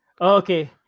okay